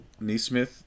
Neesmith